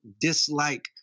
dislike